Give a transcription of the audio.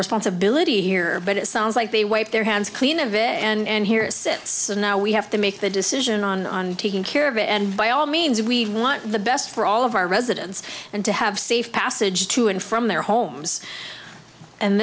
responsibility here but it sounds like they wipe their hands clean of it and here and now we have to make the decision on taking care of it and by all means we want the best for all of our residents and to have safe passage to and from their homes and